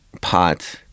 pot